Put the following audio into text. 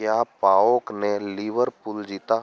क्या पाओक ने लिवरपूल जीता